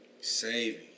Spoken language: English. saving